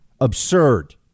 absurd